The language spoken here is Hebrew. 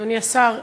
אדוני השר,